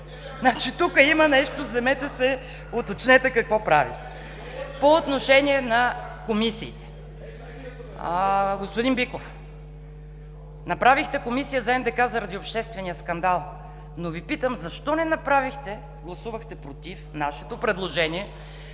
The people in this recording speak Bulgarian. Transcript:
тук има нещо. Вземете се уточнете какво правите. По отношение на комисиите. Господин Биков, направихте комисия за НДК заради обществения скандал, но Ви питам защо не направихте – гласувахте против нашето предложение